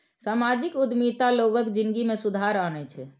सामाजिक उद्यमिता लोगक जिनगी मे सुधार आनै छै